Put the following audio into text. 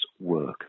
work